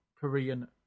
Korean